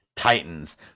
Titans